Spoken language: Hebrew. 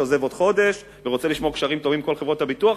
שעוזב עוד חודש ורוצה לשמור על קשרים טובים עם כל חברות הביטוח,